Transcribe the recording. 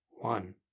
one